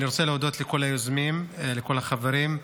אני רוצה להודות לכל היוזמים, לכל החברים.